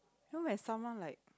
you know when someone like